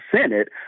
Senate